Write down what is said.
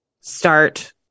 start